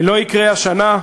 לא יקרה השנה,